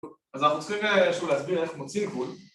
‫אז אנחנו איכשהו צריכים להסביר ‫איך מוציאים גבול